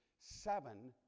Seven